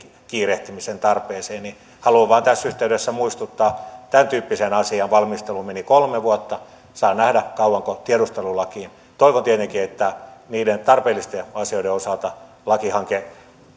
sen kiirehtimisen tarpeeseen niin haluan vain tässä yhteydessä muistuttaa että tämäntyyppisen asian valmisteluun meni kolme vuotta saa nähdä kauanko tiedustelulakiin toivon tietenkin että niiden tarpeellisten asioiden osalta